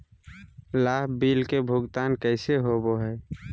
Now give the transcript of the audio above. लाभ बिल के भुगतान कैसे होबो हैं?